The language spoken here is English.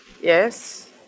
Yes